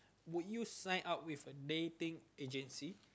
would you sign up with a dating agency